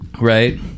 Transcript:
Right